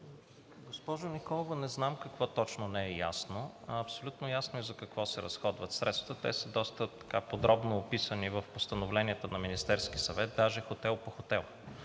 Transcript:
Госпожо Николова, не знам какво точно не е ясно. Абсолютно ясно е за какво се разходват средствата, те са доста подробно описани в постановленията на Министерския съвет, даже хотел по хотел